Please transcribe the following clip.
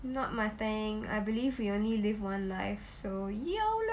not my thing I believe we only live one life so yolo